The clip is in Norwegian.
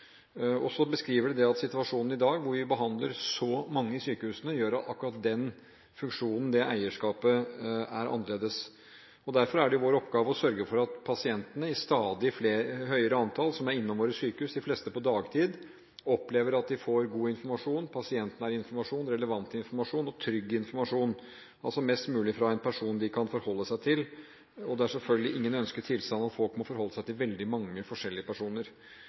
Så beskriver de at situasjonen i dag, hvor vi behandler så mange i sykehusene, gjør at akkurat den funksjonen og det eierskapet er annerledes. Derfor er det vår oppgave å sørge for at pasientene som er innom våre sykehus, i stadig høyere antall, de fleste på dagtid, opplever at de får god informasjon, pasientnær informasjon, relevant informasjon og trygg informasjon – og mest mulig fra en person de kan forholde seg til. Det er selvfølgelig ingen ønsket tilstand at folk må forholde seg til veldig mange forskjellige personer.